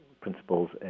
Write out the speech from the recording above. principles